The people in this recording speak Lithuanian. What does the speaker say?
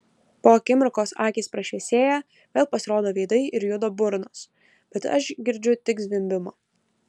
po akimirkos akys prašviesėja vėl pasirodo veidai ir juda burnos bet aš girdžiu tik zvimbimą